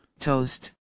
toast